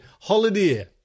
holiday